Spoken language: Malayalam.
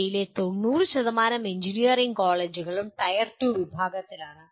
ഇന്ത്യയിലെ 90 എഞ്ചിനീയറിംഗ് കോളേജുകളും ടയർ 2 വിഭാഗത്തിലാണ്